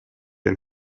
and